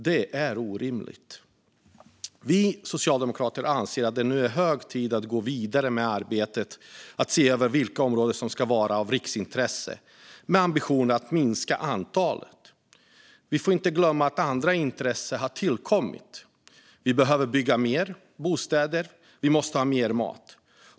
Det är orimligt. Vi socialdemokrater anser att det nu är hög tid att gå vidare med arbetet att se över vilka områden som ska vara av riksintresse, med ambitionen att minska antalet. Vi får inte glömma att andra intressen har tillkommit. Vi behöver bygga mer bostäder, och vi måste ha mer mat.